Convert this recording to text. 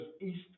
east